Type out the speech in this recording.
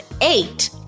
eight